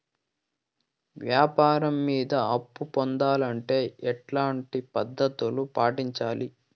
వ్యాపారం మీద అప్పు పొందాలంటే ఎట్లాంటి పద్ధతులు పాటించాలి?